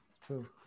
True